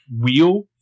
wheel